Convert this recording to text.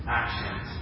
actions